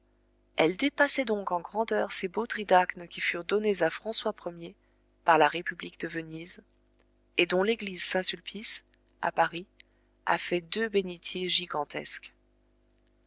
elle dépassait donc en grandeur ces beaux tridacnes qui furent donnés à françois er par la république de venise et dont l'église saint-sulpice à paris a fait deux bénitiers gigantesques